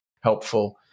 helpful